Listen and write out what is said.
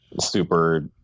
super